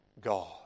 God